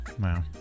wow